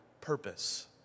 purpose